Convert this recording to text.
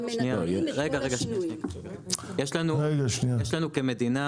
יש לנו כמדינה,